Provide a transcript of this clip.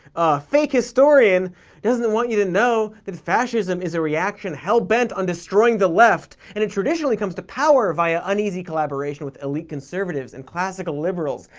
a fake historian doesn't want you to know that fascism is a reaction hell-bent on destroying the left, and it traditionally comes to power via uneasy collaboration with elite conservatives and classical liberals,